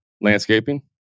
landscaping